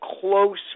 close